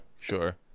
sure